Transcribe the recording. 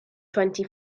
twenty